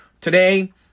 Today